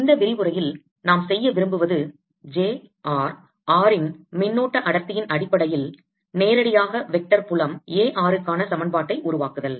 இந்த விரிவுரையில் நாம் செய்ய விரும்புவது j or r இன் மின்னோட்ட அடர்த்தியின் அடிப்படையில் நேரடியாக வெக்டர் புலம் A r ருக்கான சமன்பாட்டை உருவாக்குதல்